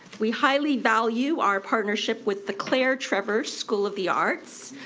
we highly value our partnership with the claire trevor school of the arts,